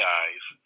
eyes